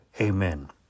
amen